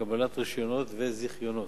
וקבלת רשיונות וזיכיונות.